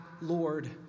Lord